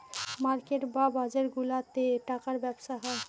market বা বাজারগুলাতে টাকার ব্যবসা হয়